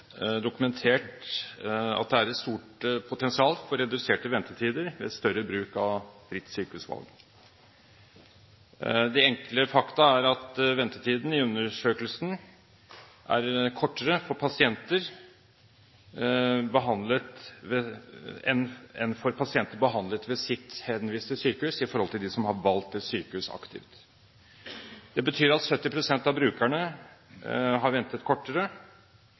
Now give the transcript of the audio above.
dokumentert at det er et stort potensial for reduserte ventetider ved større bruk av ordningen med fritt sykehusvalg. De enkle fakta er at ventetiden i undersøkelsen er kortere for brukere av ordningen, dem som aktivt har valgt et sykehus, enn for pasienter behandlet ved sitt henviste sykehus.